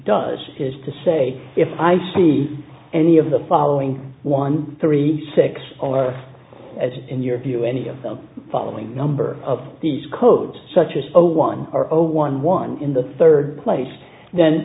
does is to say if i see any of the following one three six or as in your view any of the following number of these codes such as a one or zero one one in the third place then